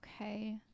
okay